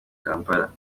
kampala